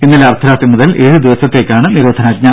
ഇന്നലെ അർദ്ധരാത്രി മുതൽ ഏഴുദിവസത്തേക്കാണ് നിരോധനാജ്ഞ